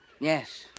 Yes